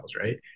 right